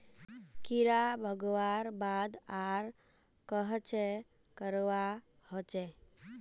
कीड़ा भगवार बाद आर कोहचे करवा होचए?